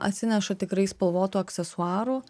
atsineša tikrai spalvotų aksesuarų